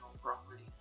property